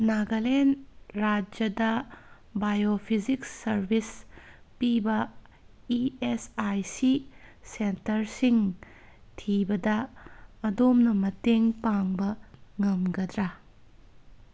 ꯅꯒꯥꯂꯦꯟ ꯔꯥꯏꯖ꯭ꯌꯗ bio physics service ꯄꯤꯕ E S I C ꯁꯦꯟꯇꯔꯁꯤꯡ ꯊꯤꯕꯗ ꯑꯗꯣꯝꯅ ꯃꯇꯦꯡ ꯄꯥꯡꯕ ꯉꯝꯒꯗ꯭ꯔꯥ